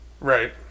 Right